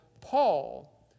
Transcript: Paul